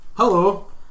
hello